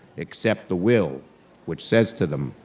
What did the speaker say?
except the will which says to them,